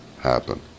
happen